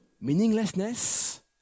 meaninglessness